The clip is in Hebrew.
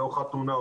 או חתונה,